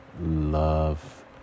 Love